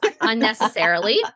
unnecessarily